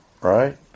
right